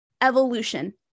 evolution